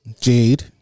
Jade